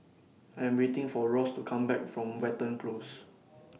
I Am waiting For Ross to Come Back from Watten Close